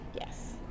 Yes